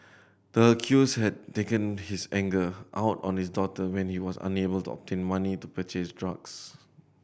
the accused had taken his anger out on his daughter when he was unable to obtain money to purchase drugs